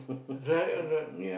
right or not